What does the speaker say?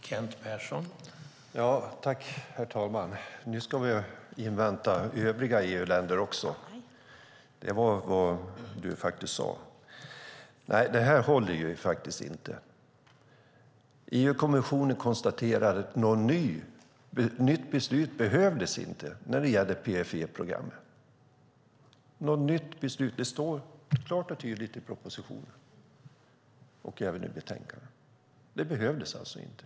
Herr talman! Nu ska vi visst invänta övriga EU-länder också; det var vad Cecilie Tenfjord-Toftby sade. Detta håller inte. EU-kommissionen konstaterar att det inte behövdes något nytt beslut när det gäller PFE-programmet. Det står klart och tydligt i propositionen och även i betänkandet. Det behövdes alltså inte.